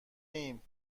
ایم